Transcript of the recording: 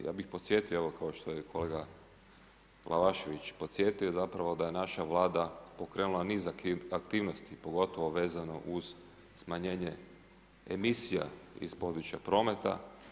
Ja bih podsjetio, ako što je kolega Glavašević podsjetio zapravo da je naša Vlada pokrenula niz aktivnosti pogotovo vezano uz smanjenje emisija iz područja prometa.